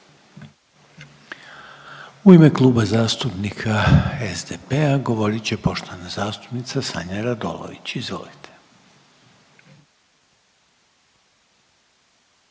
U ime Kluba zastupnica SDP-a govorit će poštovana zastupnica Sanja Radolović. Izvolite.